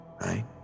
right